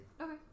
Okay